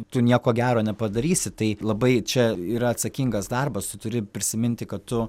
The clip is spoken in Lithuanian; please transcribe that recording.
tu nieko gero nepadarysi tai labai čia yra atsakingas darbas tu turi prisiminti kad tu